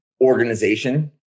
organization